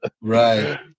Right